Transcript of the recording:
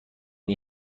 این